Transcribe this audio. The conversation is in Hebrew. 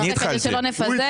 אני מבינה מה קורה.